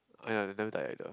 ah ya i never died either